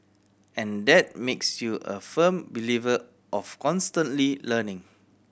and that makes you a firm believer of constantly learning